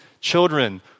Children